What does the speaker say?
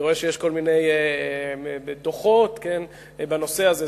אני רואה שיש כל מיני דוחות בנושא הזה.